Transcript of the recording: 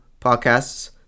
podcasts